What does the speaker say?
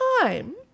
time